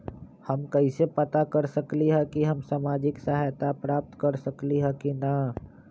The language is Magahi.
हम कैसे पता कर सकली ह की हम सामाजिक सहायता प्राप्त कर सकली ह की न?